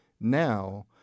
now